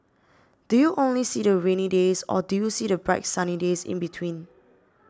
do you only see the rainy days or do you see the bright sunny days in between